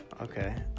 okay